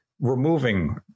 removing